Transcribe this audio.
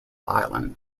island